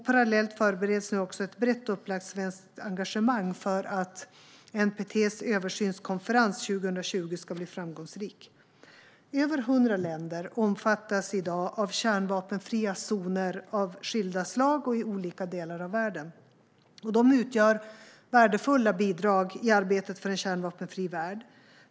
Parallellt förbereds nu också ett brett upplagt svenskt engagemang för att NPT:s översynskonferens 2020 ska bli framgångsrik. Över 100 länder omfattas i dag av kärnvapenfria zoner av skilda slag och i olika delar av världen. Dessa utgör värdefulla bidrag i arbetet för en kärnvapenfri värld.